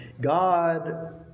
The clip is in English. God